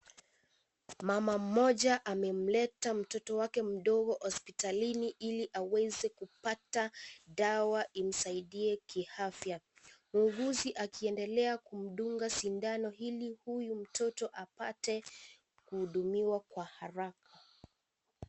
Mama mmoja amemleta mtoto wake mdogo hospitalini ili aweze kupata dawa imsaidie kiafya, muuguzi akiendelea kumdunga sindano ili huyu mtoto apate kuhudumiwa kwa haraka.